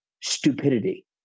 stupidity